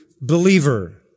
believer